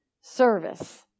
Service